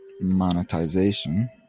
monetization